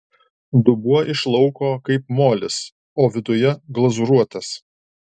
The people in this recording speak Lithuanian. dubuo iš lauko kaip molis o viduje glazūruotas